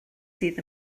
sydd